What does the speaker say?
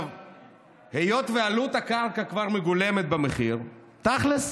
היות שעלות הקרקע כבר מגולמת במחיר, תכלס,